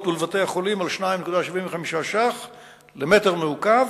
ולבתי-החולים על 2.75 שקלים למטר מעוקב,